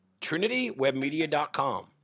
trinitywebmedia.com